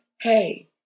Hey